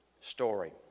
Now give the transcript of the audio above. story